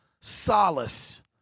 solace